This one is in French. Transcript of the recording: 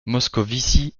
moscovici